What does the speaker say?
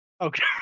Okay